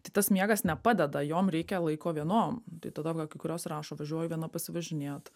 tai tas miegas nepadeda jom reikia laiko vienom tai tada va kai kurios rašo važiuoju viena pasivažinėt